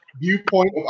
viewpoint